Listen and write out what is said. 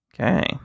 Okay